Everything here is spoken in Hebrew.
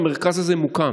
והמרכז הזה מוקם.